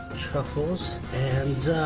truffles, and